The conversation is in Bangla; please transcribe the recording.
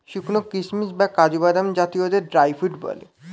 শুকানো কিশমিশ বা কাজু বাদাম জাতীয়দের ড্রাই ফ্রুট বলে